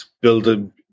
building